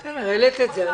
העלית את זה.